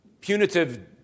Punitive